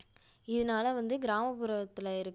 இதனால வந்து கிராமப்புறத்தில் இருக்கிற